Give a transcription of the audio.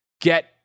get